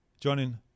joining